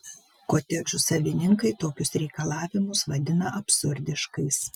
kotedžų savininkai tokius reikalavimus vadina absurdiškais